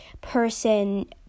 person